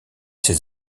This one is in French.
ses